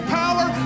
power